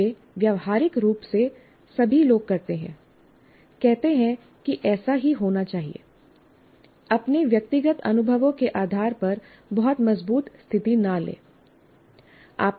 यह व्यावहारिक रूप से सभी लोग करते हैं कहते हैं कि ऐसा ही होना है अपने व्यक्तिगत अनुभवों के आधार पर बहुत मजबूत स्थिति न लें